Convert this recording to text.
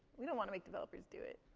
we don't want to make developers do it.